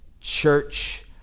church